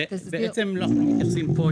בעצם אנחנו לא מתייחסים פה,